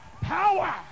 power